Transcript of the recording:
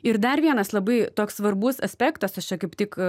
ir dar vienas labai toks svarbus aspektas aš čia kaip tik